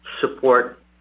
support